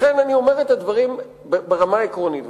לכן אני אומר את הדברים ברמה העקרונית,